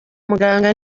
muganga